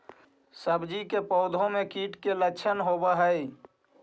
सब्जी के पौधो मे कीट के लच्छन होबहय?